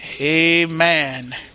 Amen